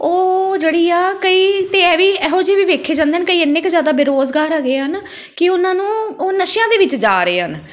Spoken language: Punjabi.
ਉਹ ਜਿਹੜੀ ਆ ਕਈ ਤਾਂ ਇਹ ਵੀ ਇਹੋ ਜਿਹੇ ਵੀ ਵੇਖੇ ਜਾਂਦੇ ਹਨ ਕਈ ਇੰਨੇ ਕੁ ਜ਼ਿਆਦਾ ਬੇਰੁਜ਼ਗਾਰ ਹੈਗੇ ਆ ਨਾ ਕਿ ਉਹਨਾਂ ਨੂੰ ਉਹ ਨਸ਼ਿਆਂ ਦੇ ਵਿੱਚ ਜਾ ਰਹੇ ਹਨ